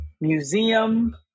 museum